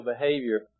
behavior